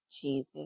Jesus